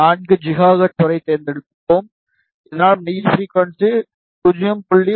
4 gigahertz வரை தேர்ந்தெடுப்போம் இதனால் மைய ஃபிரிகுவன்ஸி 0